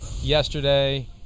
yesterday